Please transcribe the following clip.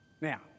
Now